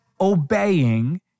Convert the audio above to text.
obeying